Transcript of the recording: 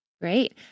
Great